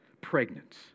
pregnant